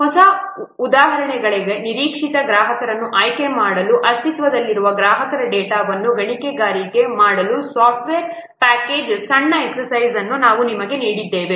ಹಾಗಾಗಿ ಹೊಸ ಉಡಾವಣೆಗಾಗಿ ನಿರೀಕ್ಷಿತ ಗ್ರಾಹಕರನ್ನು ಆಯ್ಕೆ ಮಾಡಲು ಅಸ್ತಿತ್ವದಲ್ಲಿರುವ ಗ್ರಾಹಕರ ಡೇಟಾವನ್ನು ಗಣಿಗಾರಿಕೆ ಮಾಡಲು ಸಾಫ್ಟ್ವೇರ್ ಪ್ಯಾಕೇಜ್ನಂತಹ ಸಣ್ಣ ಎಕ್ಸರ್ಸೈಜ್ನನ್ನು ನಾವು ನಿಮಗೆ ನೀಡಿದ್ದೇವೆ